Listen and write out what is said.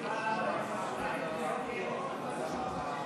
אחר כך זה יהיה משלוח מנות לפורים.